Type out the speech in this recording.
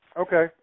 okay